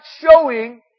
showing